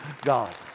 God